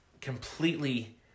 completely